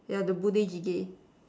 yeah the Budae-Jjigae